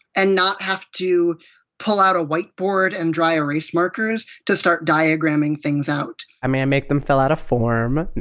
and not have to pull out a whiteboard and dry erase markers to start diagramming things out. i mean i make them fill out a form!